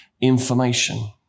information